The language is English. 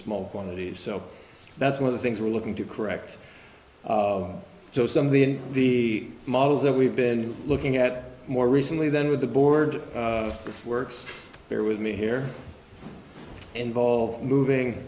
small quantities so that's one of the things we're looking to correct so some of the in the models that we've been looking at more recently then with the board this works here with me here involved moving